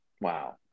wow